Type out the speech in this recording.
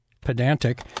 pedantic